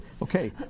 Okay